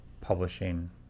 publishing